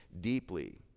deeply